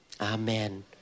Amen